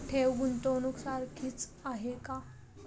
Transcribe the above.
ठेव, गुंतवणूक सारखीच आहे का?